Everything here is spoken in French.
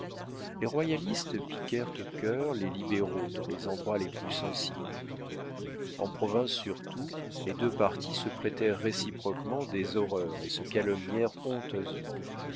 les royalistes piquèrent au cœur les libéraux dans les endroits les plus sensibles en province surtout les deux partis se prêtèrent réciproquement des horreurs et se calomnièrent honteusement